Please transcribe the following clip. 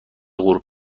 غروب